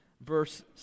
verse